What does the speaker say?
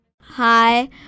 Hi